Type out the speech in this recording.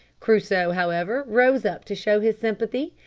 crusoe, however, rose up to show his sympathy,